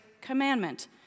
Commandment